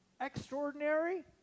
extraordinary